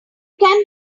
can